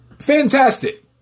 fantastic